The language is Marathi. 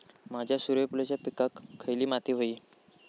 माझ्या सूर्यफुलाच्या पिकाक खयली माती व्हयी?